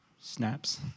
Snaps